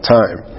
time